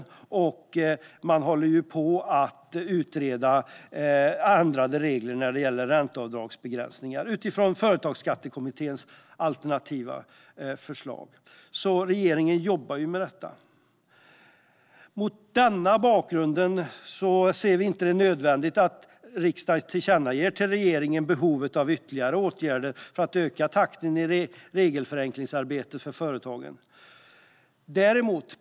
Dessutom pågår ett arbete med att utforma ändrade regler för ränteavdragsbegränsningar utifrån Företagsskattekommitténs alternativa förslag. Mot denna bakgrund ser vi det inte som nödvändigt att riksdagen tillkännager för regeringen behovet av ytterligare åtgärder för att öka takten i arbetet med regelförenklingar för företagen.